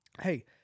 Hey